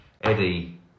Eddie